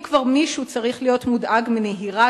אם כבר מישהו צריך להיות מודאג מנהירה